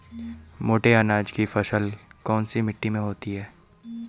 मोटे अनाज की फसल कौन सी मिट्टी में होती है?